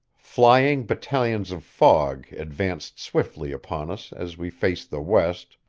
flying battalions of fog advanced swiftly upon us as we faced the west,